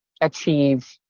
achieve